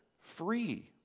free